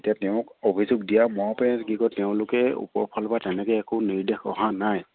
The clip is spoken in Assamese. এতিয়া তেওঁক অভিযোগ দিয়া কি কয় তেওঁলোকে ওপৰ ফালৰ পৰা তেনেকে একো নিৰ্দেশ অহা নাই